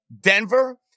Denver